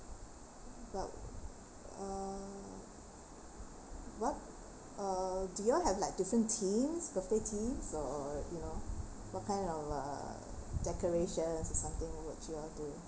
but uh what uh do you all have like different theme birthday theme or you know what kind of uh decoration or something would you all do